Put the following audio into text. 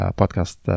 podcast